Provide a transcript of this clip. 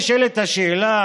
נשאלת השאלה,